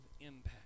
impact